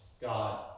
God